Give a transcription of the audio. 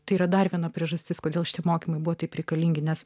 tai yra dar viena priežastis kodėl šie mokymai buvo taip reikalingi nes